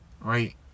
right